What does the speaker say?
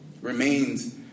remains